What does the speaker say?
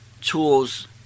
tools